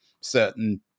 certain